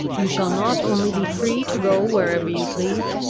you shall not only be free to go wherever you please,